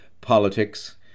politics